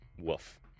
Woof